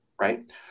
right